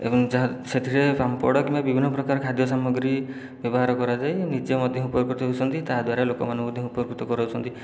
ଏବଂ ଯାହା ସେଥିରେ ପାମ୍ପଡ଼ କିମ୍ବା ବିଭିନ୍ନ ପ୍ରକାର ଖାଦ୍ୟ ସାମଗ୍ରୀ ବ୍ୟବହାର କରାଯାଇ ନିଜେ ମଧ୍ୟ ଉପକୃତ ହେଉଛନ୍ତି ତାହାଦ୍ୱାରା ଲୋକମାନେ ମଧ୍ୟ ଉପକୃତ କରଉଛନ୍ତି